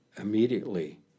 immediately